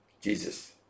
Jesus